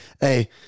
hey